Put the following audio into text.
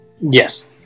Yes